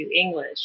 English